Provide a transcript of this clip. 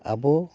ᱟᱵᱚ